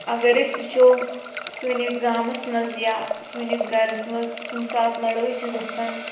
اگر أسۍ وٕچھو سٲنِس گامَس منٛز یا سٲنِس گَرَس منٛز کُنہِ ساتہٕ لَڑٲے چھِ گَژھان